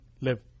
live